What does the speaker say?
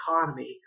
economy